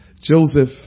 Joseph